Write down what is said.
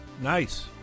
Nice